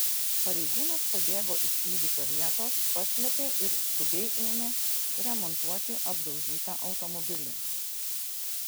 pareigūnas pabėgo iš įvykio vietos paslėpė ir skubiai ėmė remontuoti apdaužytą automobilį